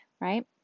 right